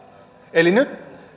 eli nyt